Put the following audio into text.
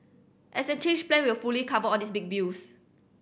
as a changed plan will fully cover all these big bills